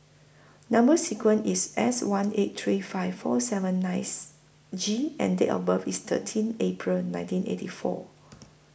Number sequence IS S one eight three five four seven nice G and Date of birth IS thirteen April nineteen eighty four